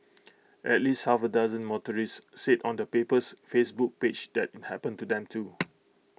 at least half A dozen motorists said on the paper's Facebook page that happened to them too